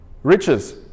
Riches